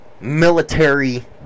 military